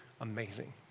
amazing